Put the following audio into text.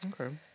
Okay